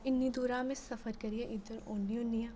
इन्नी दूरा में सफर करियै इद्धर औनी होन्नी आं